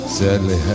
sadly